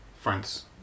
france